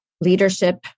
leadership